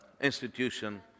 institution